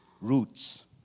roots